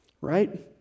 right